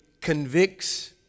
convicts